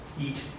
eat